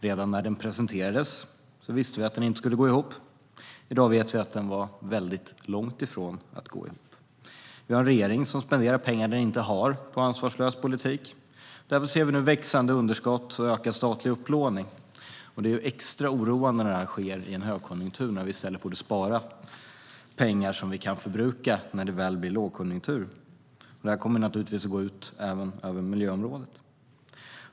Redan när den presenterades visste vi att den inte skulle gå ihop, och i dag vet att vi att den var väldigt långt ifrån att gå ihop. Vi har en regering som spenderar pengar den inte har på ansvarslös politik. Därför ser vi nu växande underskott och ökad statlig upplåning. Det är extra oroande att det här sker i en högkonjunktur när vi i stället borde spara pengar som vi kan förbruka när det väl blir lågkonjunktur. Det här kommer naturligtvis att gå ut även över miljöområdet.